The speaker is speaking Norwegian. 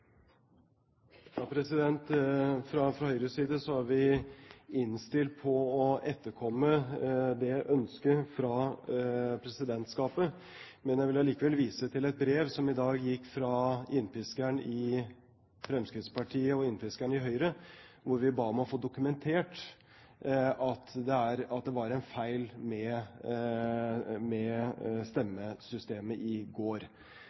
Fra Høyres side er vi innstilt på å etterkomme det ønsket fra presidentskapet, men jeg vil allikevel vise til et brev som i dag gikk fra innpiskeren i Fremskrittspartiet og innpiskeren i Høyre, hvor vi ba om å få dokumentert at det var en feil med stemmesystemet i går.